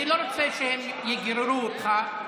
אני לא רוצה שהם יגררו אותך.